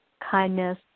kindness